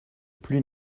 plus